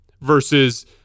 versus